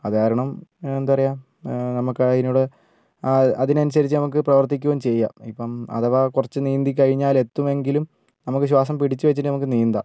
അതു കാരണം എന്താ പറയുക നമുക്ക് അതിൻ്റെകൂടെ ആ അതിനനുസരിച്ച് നമുക്ക് പ്രവർത്തിക്കുകയും ചെയ്യാം ഇപ്പം അഥവാ കുറച്ച് നീന്തിക്കഴിഞ്ഞാൽ എത്തുമെങ്കിലും നമുക്ക് ശ്വാസം പിടിച്ചു വച്ചിട്ട് നമുക്ക് നീന്താം